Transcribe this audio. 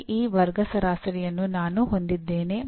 EE ವರ್ಗ ಸರಾಸರಿಗಳನ್ನು ಹೊಂದಿದ್ದೇನೆ